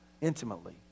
intimately